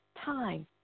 time